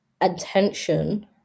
attention